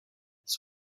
this